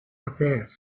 affairs